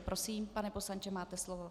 Prosím, pane poslanče, máte slovo.